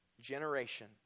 generation